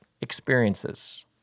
experiences